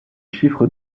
chiffres